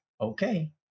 okay